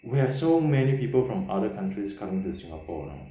we have so many people from other countries coming to singapore lah